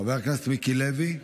חבר הכנסת מיקי לוי.